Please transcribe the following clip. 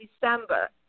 December